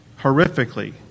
horrifically